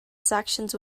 sanctions